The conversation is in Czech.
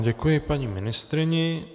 Děkuji paní ministryni.